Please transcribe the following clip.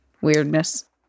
weirdness